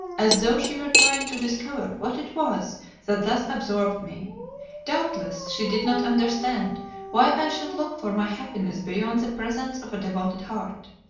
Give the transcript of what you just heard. as though she were trying to discover what it was that thus absorbed me doubtless, she did not understand why i should look for my happiness beyond the presence of a devoted heart.